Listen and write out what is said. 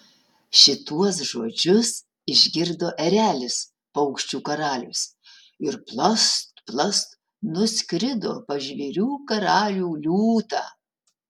šituos žodžius išgirdo erelis paukščių karalius ir plast plast nuskrido pas žvėrių karalių liūtą